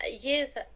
yes